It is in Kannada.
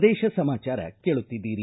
ಪ್ರದೇಶ ಸಮಾಚಾರ ಕೇಳುತ್ತಿದ್ದೀರಿ